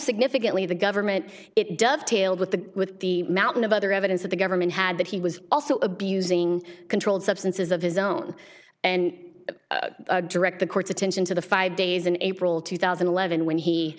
significantly the government it does tailed with the with the mountain of other evidence that the government had that he was also abusing controlled substances of his own and direct the court's attention to the five days in april two thousand and eleven when he